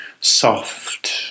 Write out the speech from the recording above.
soft